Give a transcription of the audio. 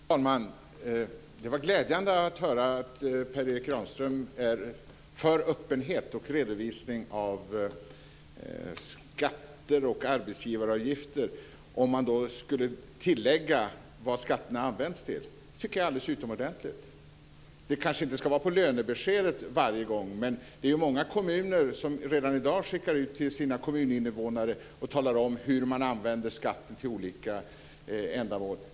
Fru talman! Det var glädjande att höra att Per Erik Granström är för öppenhet och redovisning av skatter och arbetsgivaravgifter om man lägger till vad skatterna används till. Det tycker jag är alldeles utomordentligt. Det ska kanske inte vara med på lönebeskedet varje gång, men det är ju många kommuner som redan i dag skickar ut meddelanden till sina kommuninvånare och talar om hur man använder skatten till olika ändamål.